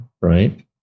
right